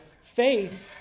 Faith